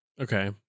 Okay